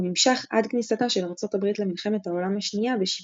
הוא נמשך עד כניסתה של ארצות הברית למלחמת העולם השנייה ב-7